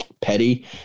petty